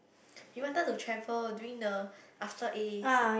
we wanted to travel during the after A S